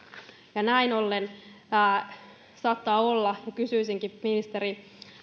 näin ollen saattaa olla ja kysyisinkin ministeri